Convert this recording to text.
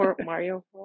Mario